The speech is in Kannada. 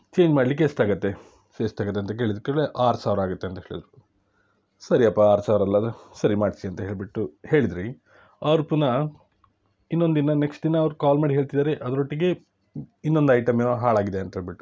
ಚೇಂಜ್ ಮಾಡಲಿಕ್ಕೆ ಎಷ್ಟಾಗತ್ತೆ ಸೊ ಎಷ್ಟಾಗತ್ತೆ ಅಂತ ಕೇಳಿದ ಕೂಡಲೇ ಆರು ಸಾವಿರ ಆಗತ್ತೆ ಅಂತ ಹೇಳಿದರು ಸರಿಯಪ್ಪ ಆರು ಸಾವಿರ ಅಲ್ಲ ಸರಿ ಮಾಡಿಸಿ ಅಂತ ಹೇಳಿಬಿಟ್ಟು ಹೇಳಿದಿರಿ ಅವ್ರು ಪುನಃ ಇನ್ನೊಂದು ದಿನ ನೆಕ್ಸ್ಟ್ ದಿನ ಅವ್ರು ಕಾಲ್ ಮಾಡಿ ಹೇಳ್ತಿದ್ದಾರೆ ಅದರೊಟ್ಟಿಗೇ ಇನ್ನೊಂದು ಐಟಂ ಏನೋ ಹಾಳಾಗಿದೆ ಅಂತ ಹೇಳಿಬಿಟ್ಟು